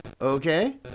okay